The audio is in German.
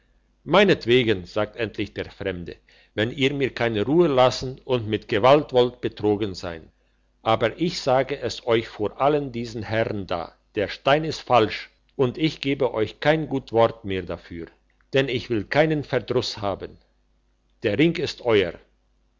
meinetwegen sagte endlich der fremde wenn ihr mir keine ruhe lassen und mit gewalt wollt betrogen sein aber ich sage es euch vor allen diesen herren da der stein ist falsch und ich gebe euch kein gut wort mehr dafür denn ich will keinen verdruss haben der ring ist euer